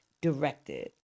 directed